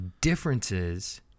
differences